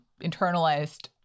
internalized